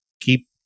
keep